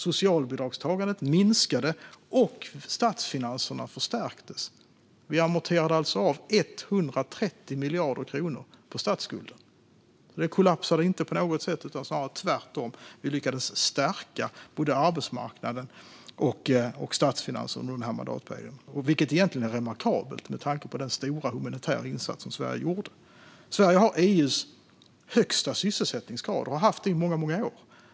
Socialbidragstagandet minskade, och statsfinanserna förstärktes. Vi amorterade av 130 miljarder kronor på statsskulden. Det kollapsade alltså inte på något sätt utan snarare tvärtom; vi lyckades stärka både arbetsmarknaden och statsfinanserna under den mandatperioden, vilket egentligen är remarkabelt med tanke på den stora humanitära insats som Sverige gjorde. Sverige har EU:s högsta sysselsättningsgrad och har haft det i många år.